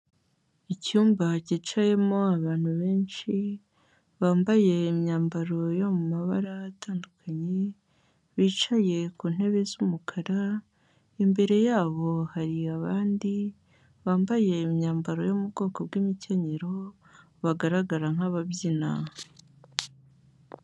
Icyumba cyicayemo abantu benshi, bambaye imyambaro yo mu mabara atandukanye, bicaye ku ntebe z'umukara, imbere yabo hari abandi bambaye imyambaro yo mu bwoko bw'imikenyero, bagaragara nk'ababyina.